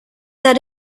that